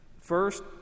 First